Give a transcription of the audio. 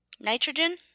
Nitrogen